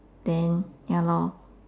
then ya lor